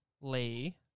Lee